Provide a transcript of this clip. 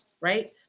right